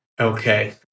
Okay